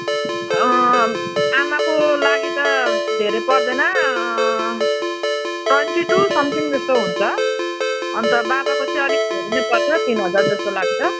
आमाको लागि त धेरै पर्दैन ट्वेन्टी टु सम्थिङ जस्तो हुन्छ अन्त बाबाको चाहिँ अलिक धेरै नै पर्छ तिन हजार जस्तो लाग्छ